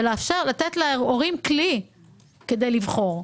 ולתת להורים כלי כדי לבחור,